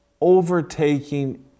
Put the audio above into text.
overtaking